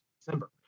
December